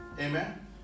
amen